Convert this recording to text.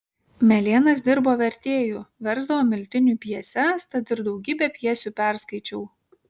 melėnas dirbo vertėju versdavo miltiniui pjeses tad ir daugybę pjesių perskaičiau